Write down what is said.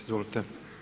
Izvolite.